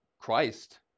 Christ